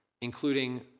including